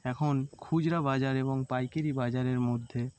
এখন খুচরা বাজার এবং পাইকারি বাজারের মধ্যে